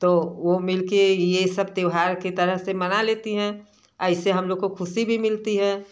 तो वे मिल कर यह सब त्यौहार के तरह से मना लेती हैं एसे हम लोगों को खुशी भी मिलती है